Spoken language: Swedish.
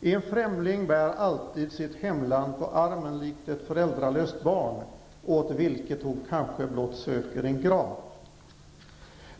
En främling bär alltid sitt hemland på armen likt ett föräldralöst barn åt vilket hon kanske blott söker en grav.